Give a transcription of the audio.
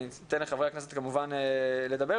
אתן לחברי הכנסת כמובן לדבר,